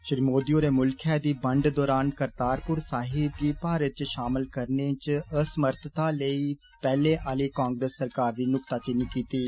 श्री मोदी होरें मुल्खा दी बंड दौरान करतारपुर साहिब गी भारत च षामल करने च असमर्थता लेई पेहले आह्ली कांग्रेस सरकार दी नुक्ताचीनी कीती ऐ